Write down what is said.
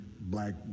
black